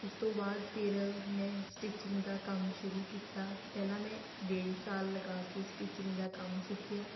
ਉਸ ਤੋਂ ਬਾਅਦ ਫਿਰ ਮੈਂ ਸਟਿਚਿੰਗ ਦਾ ਕੰਮ ਸ਼ੁਰੂ ਕੀਤਾ ਪਹਿਲਾਂ ਮੈਂ ਡੇਢ ਸਾਲ ਲਗਾ ਕੇ ਸਟਿਚਿੰਗ ਦਾ ਕੰਮ ਸਿੱਖਿਆ